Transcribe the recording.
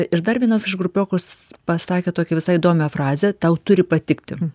ir dar vienas iš grupiokus pasakė tokią visai įdomią frazę tau turi patikti